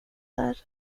där